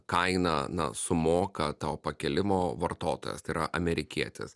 kainą na sumoka to pakėlimo vartotojas tai yra amerikietis